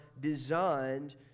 designed